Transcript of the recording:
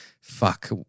fuck